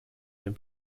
been